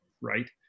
right